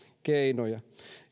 keinoja